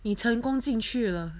你成功进去了